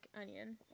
onion